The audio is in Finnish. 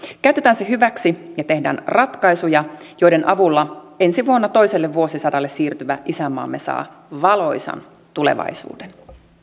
käytetään se hyväksi ja tehdään ratkaisuja joiden avulla ensi vuonna toiselle vuosisadalle siirtyvä isänmaamme saa valoisan tulevaisuuden